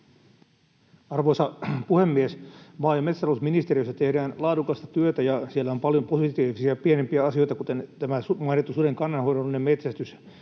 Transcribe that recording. Arvoisa puhemies! Maa‑ ja metsätalousministeriössä tehdään laadukasta työtä, ja siellä on paljon positiivisia pienempiä asioita, kuten tämä mainittu suden kannanhoidollinen metsästys,